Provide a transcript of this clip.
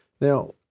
Now